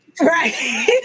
right